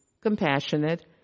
compassionate